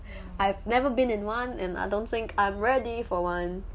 I've never been in one and I don't think I'm ready for one